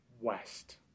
West